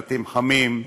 "בית חם",